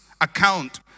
account